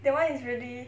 that one is really